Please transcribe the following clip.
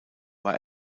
war